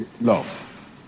Love